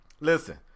Listen